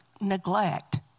neglect